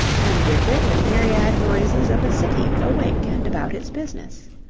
and with it the myriad noises of a city awake and about its business.